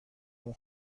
اون